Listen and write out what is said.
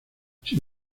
sin